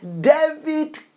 David